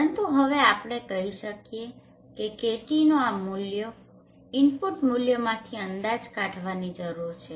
પરંતુ હવે આપણે કહી શકીએ કે KTનો આ મૂલ્યો ઇનપુટ મૂલ્યોમાંથી અંદાજ કાઢવાની જરૂર છે